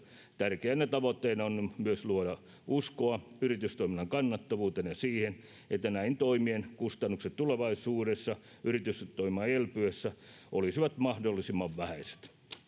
tärkeänä tavoitteena on myös luoda uskoa yritystoiminnan kannattavuuteen ja siihen että näin toimien kustannukset tulevaisuudessa yritystoiminnan elpyessä olisivat mahdollisimman vähäiset